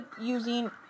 using